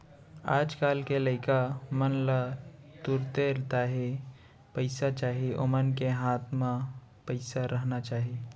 आज कल के लइका मन ला तुरते ताही पइसा चाही ओमन के हाथ म पइसा रहना चाही